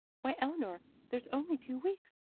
why, eleanor, there's only two weeks.